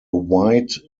wide